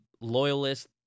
loyalists